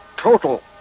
total